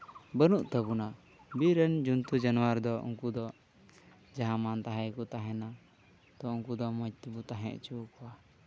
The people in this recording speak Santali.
ᱵᱟᱹᱱᱩᱜ ᱛᱟᱵᱳᱱᱟ ᱵᱤᱨ ᱨᱮᱱ ᱡᱚᱱᱛᱩ ᱡᱟᱱᱣᱟᱨ ᱫᱚ ᱩᱱᱠᱩ ᱫᱚ ᱡᱟᱦᱟᱸ ᱢᱟᱱ ᱛᱟᱦᱟᱸ ᱜᱮᱠᱚ ᱛᱟᱦᱮᱱᱟ ᱛᱳ ᱩᱱᱠᱩ ᱫᱚ ᱢᱚᱡᱽ ᱛᱮᱵᱚ ᱛᱟᱦᱮᱸ ᱦᱚᱪᱚ ᱟᱠᱚᱣᱟ